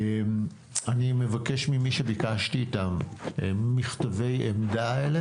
אני מבקש ממי שביקשתי מהם את מכתבי העמדה האלה,